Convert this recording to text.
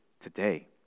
today